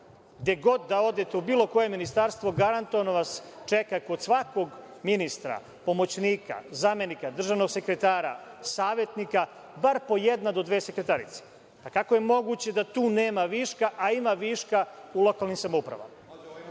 Gde god da odete, u bilo koje ministarstvo, garantovano vas kod svakog ministra, pomoćnika, zamenika, državnog sekretara, savetnika, čeka bar po jedna do dve sekretarice. Kako je moguće da tu nema viška, a ima viška u lokalnim samoupravama?